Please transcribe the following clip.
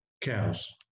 cows